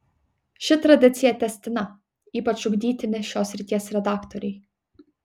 ši tradicija tęstina ypač ugdytini šios srities redaktoriai